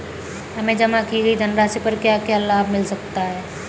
हमें जमा की गई धनराशि पर क्या क्या लाभ मिल सकता है?